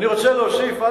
אני רוצה להוסיף,